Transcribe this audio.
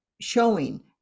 showing